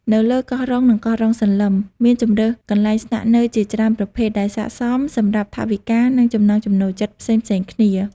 នៅលើកោះរ៉ុង និងកោះរ៉ុងសន្លឹម មានជម្រើសកន្លែងស្នាក់នៅជាច្រើនប្រភេទដែលស័ក្តិសមសម្រាប់ថវិកា និងចំណង់ចំណូលចិត្តផ្សេងៗគ្នា។